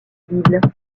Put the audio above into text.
bible